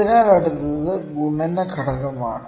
അതിനാൽ അടുത്തത് ഗുണന ഘടകമാണ്